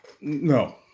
No